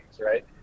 right